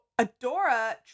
Adora